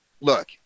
look